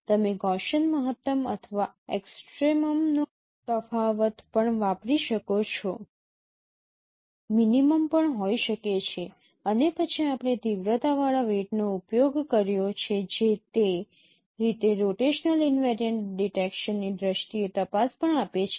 તમે ગૌસીઅન મહત્તમ અથવા એક્સટ્રેમમ નો તફાવત પણ વાપરી શકો છો તે મિનિમમ પણ હોઈ શકે છે અને પછી આપણે તીવ્રતાવાળા વેઈટનો ઉપયોગ કર્યો છે જે તે રીતે રોટેશનલ ઈનવેરિયન્ટ ડિટેક્શનની દ્રષ્ટિએ તપાસ પણ આપે છે